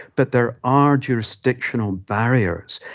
but there are jurisdictional barriers,